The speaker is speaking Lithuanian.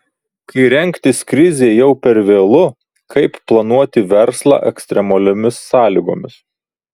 kai rengtis krizei jau per vėlu kaip planuoti verslą ekstremaliomis sąlygomis